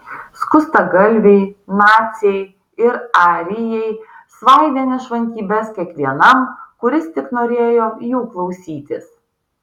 skustagalviai naciai ir arijai svaidė nešvankybes kiekvienam kuris tik norėjo jų klausytis